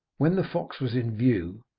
when the fox was in view,